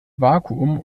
vakuum